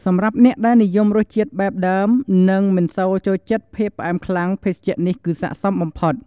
សម្រាប់អ្នកដែលនិយមរសជាតិបែបដើម និងមិនសូវជាចូលចិត្តភាពផ្អែមខ្លាំង ភេសជ្ជៈនេះគឺស័ក្តិសមបំផុត។